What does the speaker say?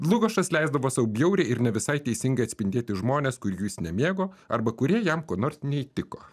dlugošas leisdavo sau bjauriai ir ne visai teisingai atspindėti žmones kurių jis nemėgo arba kurie jam kuo nors neįtiko